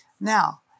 Now